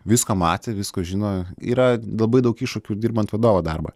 visko matė visko žino yra labai daug iššūkių dirbant vadovo darbą